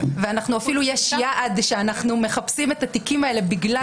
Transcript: יש אפילו יעד שאנחנו מחפשים את התיקים האלה בגלל